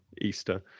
Easter